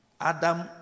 Adam